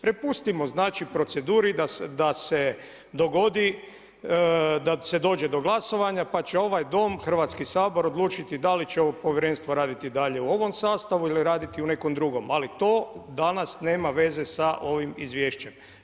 Prepustimo znači proceduri da se dogodi, da se dođe do glasovanja, pa će ovaj Dom, Hrvatski sabor, odluči da li će ovo povjerenstvo raditi dalje u ovom sastavu ili raditi u nekom drugom, ali to danas nema veze sa ovim izvješćem.